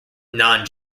non